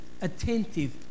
attentive